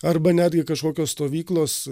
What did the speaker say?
arba netgi kažkokios stovyklos